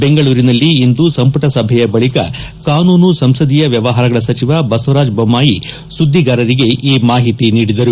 ಬೆಂಗಳೂರಿನಲ್ಲಿ ಇಂದು ಸಂಪುಟ ಸಭೆಯ ಬಳಿಕ ಕಾನೂನು ಸಂಸದೀಯ ವ್ಯವಹಾರಗಳ ಸಚಿವ ಬಸವರಾಜ ಬೊಮ್ಥಾಯಿ ಸುದ್ದಿಗಾರಿಗೆ ಈ ಮಾಹಿತಿ ನೀಡಿದರು